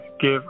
give